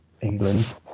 England